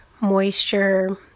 moisture